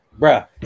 Bruh